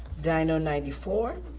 dino, ninety four,